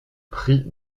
prix